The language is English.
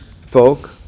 folk